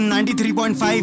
93.5